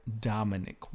Dominic